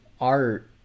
art